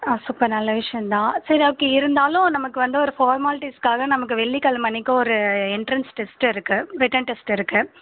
ஆ super நல்ல விஷயந்தா சரி ஓகே இருந்தாலும் நமக்கு வந்து ஒரு ஃபார்மாலிட்டிஸ்க்காக நமக்கு வெள்ளி கிழம அன்றைக்கி ஒரு என்ட்ரன்ஸ் டெஸ்ட் இருக்குது ரிட்டன் டெஸ்ட் இருக்குது